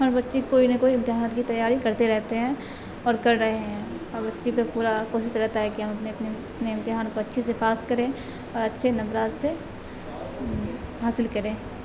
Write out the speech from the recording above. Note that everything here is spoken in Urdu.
اور بچے کوئی نہ کوئی امتحانات کی تیاری کرتے رہتے ہیں اور کر رہے ہیں اور بچے کو پورا کوشش رہتا ہے کہ ہم اپنے اپنے اپنے امتحان کو اچھے سے پاس کریں اور اچھے نمرات سے حاصل کریں